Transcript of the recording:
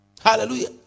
hallelujah